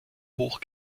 hoch